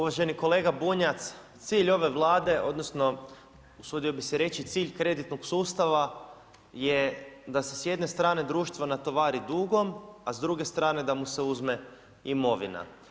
Uvaženi kolega Bunjac, cilj ove Vlade odnosno usudio bih se reći cilj kreditnog sustava je da se s jedne strane društva natovari dugom, a s druge strane da mu se uzme imovina.